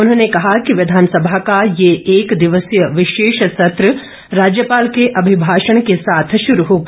उन्होंने कहा कि विधानसभा का ये एक दिवसीय विशेष सत्र राज्यपाल के अभिभाषण के साथ शुरू होगा